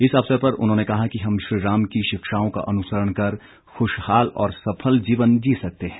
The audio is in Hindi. इस अवसर पर उन्होंने कहा कि हम श्रीराम की शिक्षाओं का अनुसरण कर खुशहाल और सफल जीवन जी सकते हैं